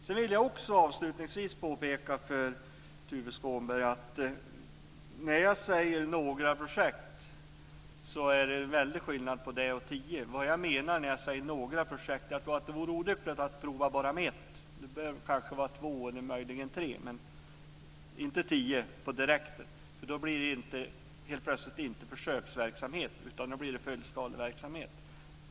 Sedan vill jag också avslutningsvis påpeka för Tuve Skånberg att när jag säger några projekt så är det en väldig skillnad på det och tio projekt. Vad jag menar när jag säger några projekt är att det vore olyckligt att prova med bara ett. Det behöver kanske vara två eller möjligen tre, men inte tio på direkten. Då blir det plötsligt inte försöksverksamhet, utan då blir det fullskaleverksamhet.